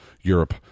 Europe